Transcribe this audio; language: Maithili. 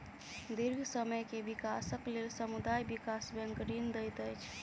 दीर्घ समय के विकासक लेल समुदाय विकास बैंक ऋण दैत अछि